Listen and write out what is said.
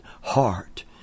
heart